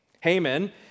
Haman